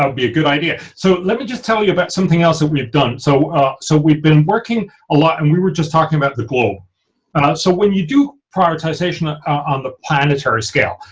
um be a good idea. so let me just tell you about something else that we have done so ah so we've been working a lot and we were just talking about the globe and um so when you do prioritization on the planetary scale,